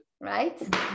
right